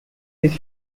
these